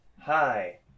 Hi